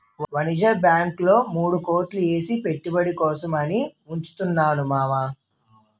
వాణిజ్య బాంకుల్లో మూడు కోట్లు ఏసి పెట్టుబడి కోసం అని ఉంచుతున్నాను మావా